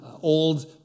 old